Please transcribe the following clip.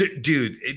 Dude